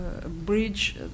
bridge